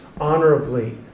honorably